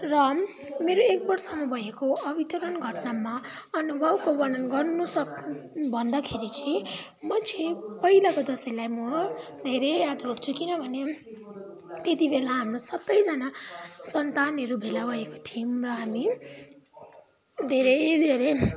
र मेरो एक वर्षमा भएको वर्तमान घटनामा गाउँको वर्णन गर्नु भन्दाखेरि चाहिँ कुन चाहिँ पहिलाको दसैँलाई म धेरै याद गर्छु किनभने त्यति बेला हामी सबैजना सन्तानहरू भेला भएको थियौँ र हामी धेरै धेरै